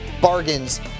bargains